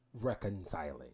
reconciling